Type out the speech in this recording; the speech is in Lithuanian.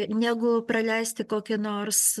negu praleisti kokį nors